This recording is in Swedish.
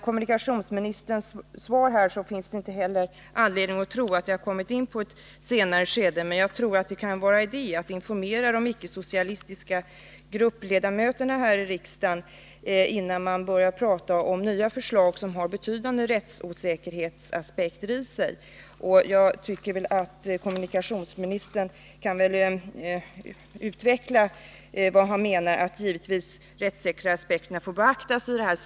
Kommunikationsministerns svar ger inte heller anledning att tro att det har kommit in i ett senare skede. Jag tror ändå att det kan vara idé att informera de icke-socialistiska gruppledamöterna här i riksdagen innan man börjar tala om nya förslag som har betydande rättsosäkerhetsaspekter i sig. Kommunikationsministern kan väl utveckla vad han menar och vilka problem han ser för rättssäkerheten här.